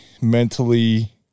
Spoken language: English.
mentally